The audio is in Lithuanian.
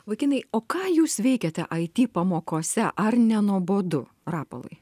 vaikinai o ką jūs veikiate it pamokose ar nenuobodu rapolai